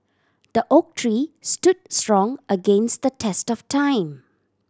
the oak tree stood strong against the test of time